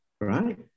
right